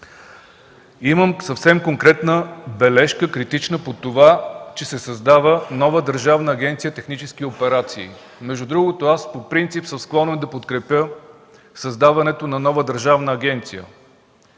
Имам съвсем конкретна критична бележка, че се създава нова Държавна агенция „Технически операции”. Между другото аз по принцип съм склонен да подкрепя създаването на нова държавна агенция,